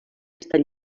estat